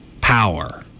power